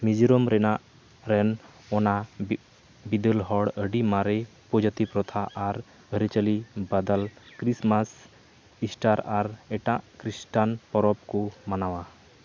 ᱢᱤᱡᱳᱨᱟᱢ ᱨᱮᱱᱟᱜ ᱨᱮᱱ ᱚᱱᱟ ᱵᱤᱜ ᱵᱤᱫᱟᱹᱞ ᱦᱚᱲ ᱟᱹᱰᱤ ᱢᱟᱨᱮ ᱩᱯᱚᱡᱟᱛᱤ ᱯᱨᱚᱛᱷᱟ ᱟᱨ ᱟᱹᱨᱤᱪᱟᱹᱞᱤ ᱵᱟᱫᱟᱞ ᱠᱨᱤᱥᱢᱟᱥ ᱤᱥᱴᱟᱨ ᱟᱨ ᱮᱴᱟᱜ ᱠᱨᱤᱥᱴᱟᱱ ᱯᱚᱨᱚᱵᱽ ᱠᱚ ᱢᱟᱱᱟᱣᱟ